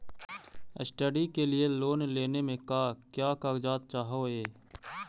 Study के लिये loan लेने मे का क्या कागजात चहोये?